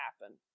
happen